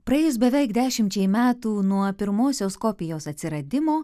praėjus beveik dešimčiai metų nuo pirmosios kopijos atsiradimo